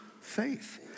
faith